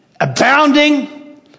Abounding